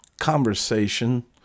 conversation